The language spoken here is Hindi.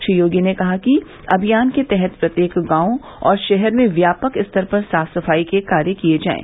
श्री योगी ने कहा कि अभियान के तहत प्रत्येक गांव और शहर में व्यापक स्तर पर साफ सफाई के कार्य किये जायें